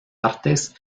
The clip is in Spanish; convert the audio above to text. artes